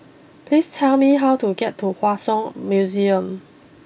please tell me how to get to Hua Song Museum